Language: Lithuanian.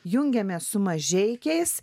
jungiamės su mažeikiais